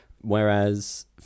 Whereas